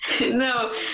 No